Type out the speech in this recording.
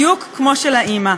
בדיוק כמו של האימא.